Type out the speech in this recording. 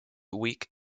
weak